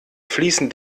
fließen